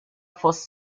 forces